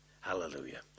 Hallelujah